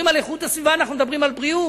על איכות הסביבה אנחנו מדברים על בריאות.